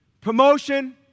promotion